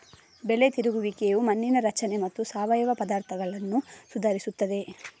ಬೆಳೆ ತಿರುಗುವಿಕೆಯು ಮಣ್ಣಿನ ರಚನೆ ಮತ್ತು ಸಾವಯವ ಪದಾರ್ಥಗಳನ್ನು ಸುಧಾರಿಸುತ್ತದೆ